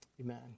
amen